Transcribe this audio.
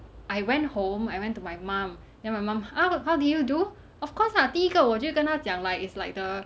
I went home I went to my mum then my mum how how did you do of course lah 第一个我就跟他讲 like is like the